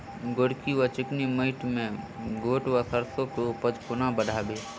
गोरकी वा चिकनी मैंट मे गोट वा सैरसो केँ उपज कोना बढ़ाबी?